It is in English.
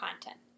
content